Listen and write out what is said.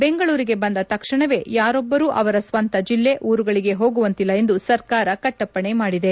ಬೆಂಗಳೂರಿಗೆ ಬಂದ ತಕ್ಷಣವೇ ಯಾರೊಬ್ಬರೂ ಅವರ ಸ್ನಂತ ಜಿಲ್ಲೆ ಊರುಗಳಿಗೆ ಹೋಗುವಂತಿಲ್ಲ ಎಂದು ಸರ್ಕಾರ ಕಟ್ಟಪ್ಪಣೆ ಮಾಡಿದೆ